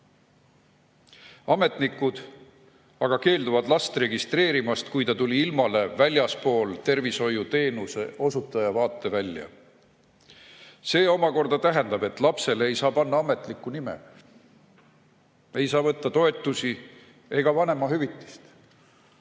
mõttes. Ametnikud aga keelduvad last registreerimast, kui ta tuli ilmale väljaspool tervishoiuteenuse osutaja vaatevälja. See omakorda tähendab, et lapsele ei saa panna ametlikku nime, ei saa võtta toetusi ega vanemahüvitist.